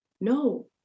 No